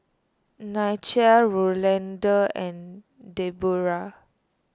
Nichelle Rolanda and Debroah